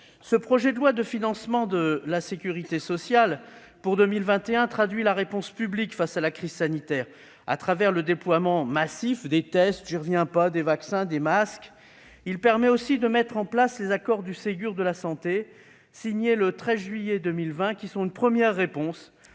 Ce projet de loi de financement de la sécurité sociale pour 2021 traduit la réponse publique face à la crise sanitaire au travers du déploiement massif des tests- je n'y reviens pas -, des vaccins et des masques. Il permet aussi de mettre en place les accords du Ségur de la santé, signés le 13 juillet 2020, qui sont une première réponse